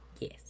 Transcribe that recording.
Yes